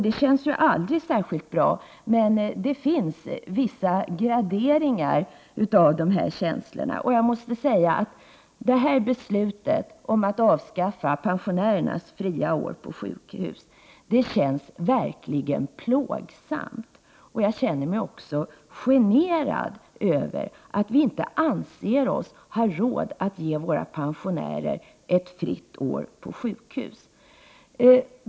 Det känns ju aldrig särskilt bra, men det finns vissa graderingar av de känslorna, och jag måste säga att beslutet att avskaffa pensionärernas fria år på sjukhus kändes verkligt plågsamt. Jag känner mig också generad över att vi inte anser oss ha råd att ge våra pensionärer ett fritt år på sjukhus.